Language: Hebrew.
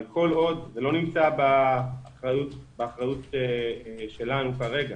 אבל כל עוד זה לא נמצא באחריות שלנו כרגע